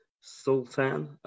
sultan